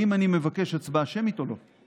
אם אני מבקש הצבעה שמית או לא.